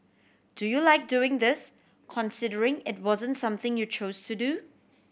do you like doing this considering it wasn't something you chose to do